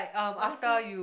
I also